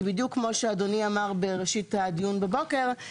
כי בדיוק כמו שאדוני אמר בראשית הדיון בבוקר,